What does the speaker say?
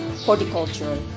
horticulture